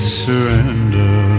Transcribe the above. surrender